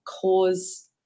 cause